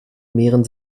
mehren